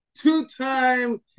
two-time